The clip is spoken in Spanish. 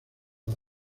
las